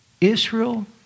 Israel